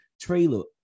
trailer